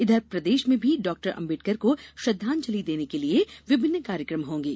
इधर प्रदेश में भी डाक्टर अंबेडकर को श्रद्वांजलि देने के लिए विभिन्न कार्यक्रम होंगे